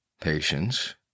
patience